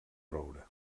roure